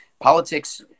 Politics